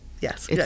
Yes